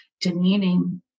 demeaning